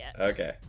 Okay